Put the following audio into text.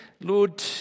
Lord